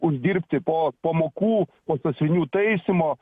uždirbti po pamokų po sąsiuvinių taisymo